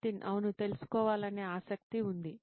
నితిన్ అవును తెలుసుకోవాలనే ఆసక్తి ఉంది